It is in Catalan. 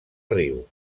riu